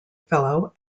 fellow